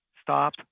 Stop